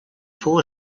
fou